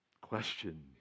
question